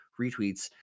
retweets